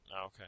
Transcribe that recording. Okay